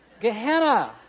Gehenna